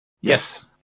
Yes